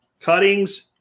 Cuttings